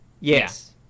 Yes